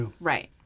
right